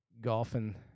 golfing